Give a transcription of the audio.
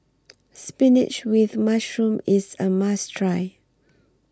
Spinach with Mushroom IS A must Try